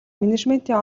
менежментийн